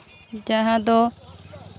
ᱡᱟᱦᱟᱸ ᱫᱚ